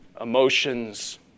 emotions